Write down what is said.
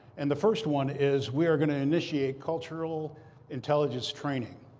and the first one is we are going to initiate cultural intelligence training.